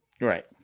Right